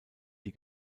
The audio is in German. die